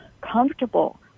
comfortable